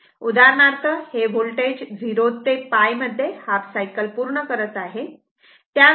उदाहरणार्थ हे होल्टेज 0 ते π मध्ये हाफ सायकल पूर्ण करत आहे